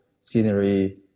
scenery